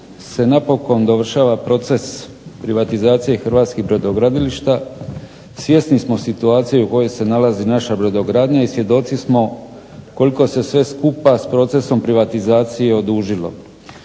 se napokon dovršava proces privatizacije hrvatskih brodogradilišta. Svjesni smo situacije u kojoj se nalazi naša brodogradnja i svjedoci smo koliko se sve skupa s procesom privatizacije odužilo.